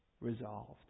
resolved